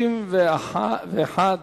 חוק שעות עבודה ומנוחה (תיקון מס' 13),